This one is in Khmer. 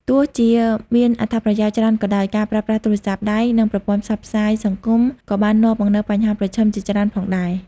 ទោះជាមានអត្ថប្រយោជន៍ច្រើនក៏ដោយ ការប្រើប្រាស់ទូរស័ព្ទដៃ និងប្រព័ន្ធផ្សព្វផ្សាយសង្គមក៏បាននាំមកនូវបញ្ហាប្រឈមជាច្រើនផងដែរ។